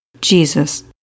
Jesus